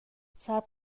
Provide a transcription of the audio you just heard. صبر